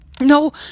No